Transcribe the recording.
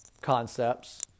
concepts